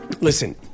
Listen